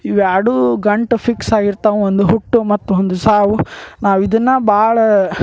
ಇವ ಎರಡು ಗಂಟು ಫಿಕ್ಸ್ ಆಗಿರ್ತಾವ ಒಂದು ಹುಟ್ಟು ಮತ್ತೊಂದು ಸಾವು ನಾವು ಇದನ್ನು ಭಾಳ